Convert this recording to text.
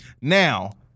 Now